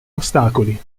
ostacoli